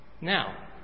Now